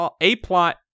A-plot